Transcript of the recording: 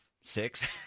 six